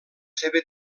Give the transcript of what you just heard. seva